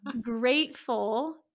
Grateful